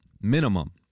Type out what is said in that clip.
minimum